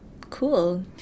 cool